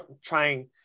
trying